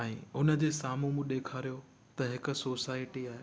ऐं उनजे साम्हूं मूं ॾेखारियो त हिक सोसाएटी आहे